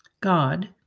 God